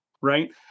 right